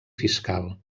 fiscal